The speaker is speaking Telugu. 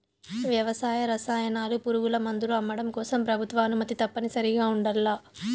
వ్యవసాయ రసాయనాలు, పురుగుమందులు అమ్మడం కోసం ప్రభుత్వ అనుమతి తప్పనిసరిగా ఉండల్ల